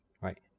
right